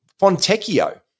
Fontecchio